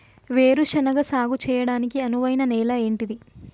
వేరు శనగ సాగు చేయడానికి అనువైన నేల ఏంటిది?